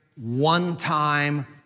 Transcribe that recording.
one-time